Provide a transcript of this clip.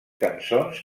cançons